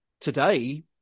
today